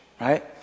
right